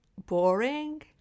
boring